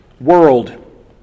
world